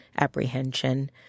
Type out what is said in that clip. apprehension